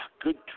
good